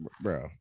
bro